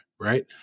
right